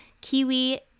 Kiwi